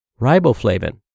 riboflavin